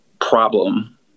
problem